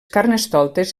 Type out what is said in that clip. carnestoltes